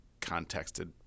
contexted